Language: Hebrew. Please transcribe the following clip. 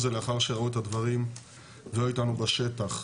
זה לאחר שראו את הדברים והיו איתנו בשטח.